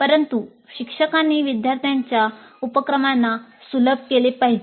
परंतु शिक्षकांनी विद्यार्थ्यांच्या उपक्रमांना सुलभ केले पाहिजे